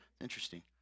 Interesting